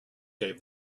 gave